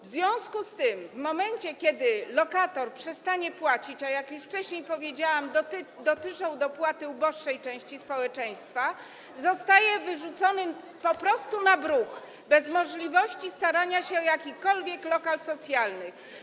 W związku z tym w momencie, kiedy lokator przestanie płacić, a jak już wcześniej powiedziałam, kwestia dopłat dotyczy uboższej części społeczeństwa, zostaje wyrzucony po prostu na bruk, bez możliwości starania się o jakikolwiek lokal socjalny.